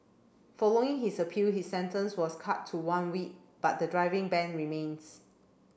following his appeal his sentence was cut to one week but the driving ban remains